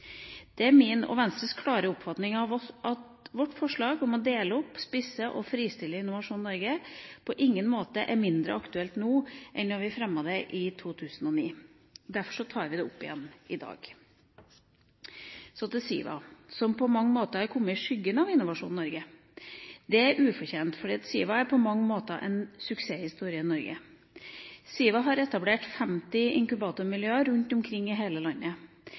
Det er min og Venstres klare oppfatning at vårt forslag om å dele opp, spisse og fristille Innovasjon Norge på ingen måte er mindre aktuelt nå enn da vi fremmet det i 2009. Derfor tar vi det opp igjen i dag. Så til SIVA, som på mange måter er kommet i skyggen av Innovasjon Norge. Det er ufortjent, for SIVA er på mange måter en suksesshistorie i Norge. SIVA har etablert 50 inkubatormiljøer rundt omkring i hele landet.